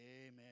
amen